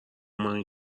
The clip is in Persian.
ماهی